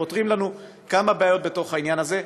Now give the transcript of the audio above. הם פותרים לנו כמה בעיות בתוך העניין הזה.